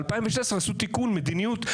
ב-2016 עשו תיקון וקבעו מדיניות,